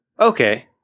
Okay